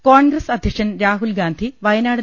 M Congress അധ്യക്ഷൻ രാഹുൽ ഗാന്ധി വയനാട്